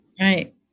right